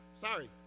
Sorry